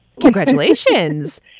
Congratulations